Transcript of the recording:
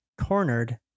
Cornered